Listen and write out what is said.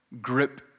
grip